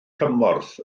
cymorth